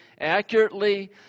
accurately